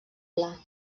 pla